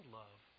love